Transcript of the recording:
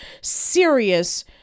serious